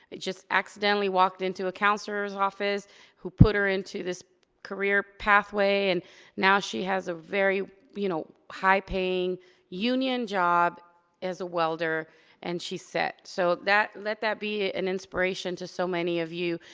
just accidentally walked into a counselor's office who put her into this career pathway. and now she has a very, you know, high paying union job as a welder and she's set. so let that be an inspiration to so many of you,